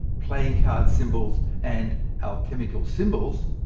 playing card symbols and alchemical symbols,